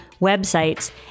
websites